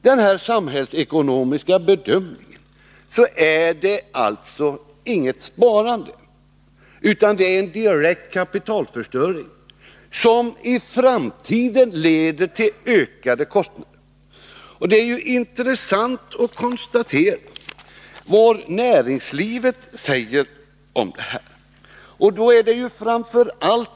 Vid den samhällsekonomiska bedömningen måste man alltså utgå ifrån att en sådan minskning inte innebär något sparande. Den innebär i stället en direkt kapitalförstöring, som i framtiden leder till en ökning av kostnaderna. Det är också intressant att konstatera vad näringslivet säger om detta.